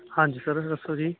ਹਾਂਜੀ ਸਰ ਦੱਸੋ ਜੀ